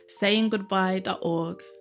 sayinggoodbye.org